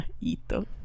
ito